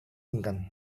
inginkan